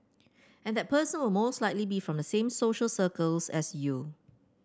and that person will most likely be from the same social circles as you